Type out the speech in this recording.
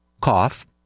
cough